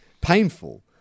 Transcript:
painful